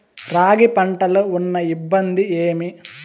రాగి పంటలో ఉన్న ఇబ్బంది ఏమి?